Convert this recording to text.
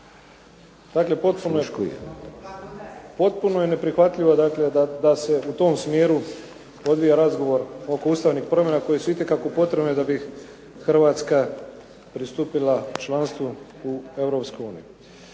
Dakle, potpuno je neprihvatljivo da se u tom smjeru odvija razgovor oko ustavnih promjena koji su itekako potrebni da bi Hrvatska pristupila članstvu